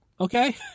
okay